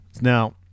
Now